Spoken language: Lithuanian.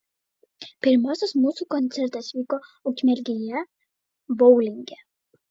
pirmasis mūsų koncertas vyko ukmergėje boulinge